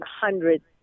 hundreds